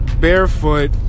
barefoot